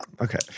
Okay